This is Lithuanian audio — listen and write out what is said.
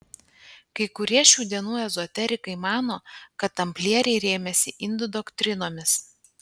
kai kurie šių dienų ezoterikai mano kad tamplieriai rėmėsi indų doktrinomis